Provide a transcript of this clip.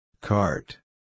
Cart